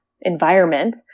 environment